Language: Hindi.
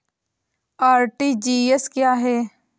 आर.टी.जी.एस क्या है?